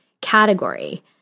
category